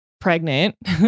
Pregnant